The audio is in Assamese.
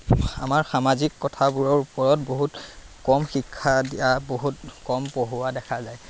আমাৰ সামাজিক কথাবোৰৰ ওপৰত বহুত কম শিক্ষা দিয়া বহুত কম পঢ়োৱা দেখা যায়